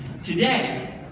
Today